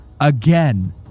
again